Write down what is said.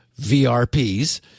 VRPs